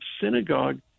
Synagogue